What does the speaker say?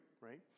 right